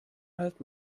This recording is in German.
halt